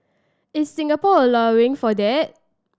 is Singapore allowing for that